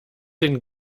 den